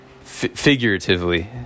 Figuratively